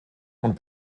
und